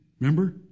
Remember